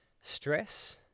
stress